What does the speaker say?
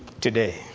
today